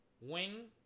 Wing